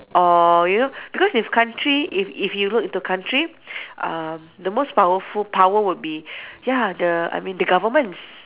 or you know because if country if if you look into country uh the most powerful power would be ya the I mean the governments